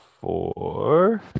four